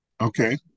Okay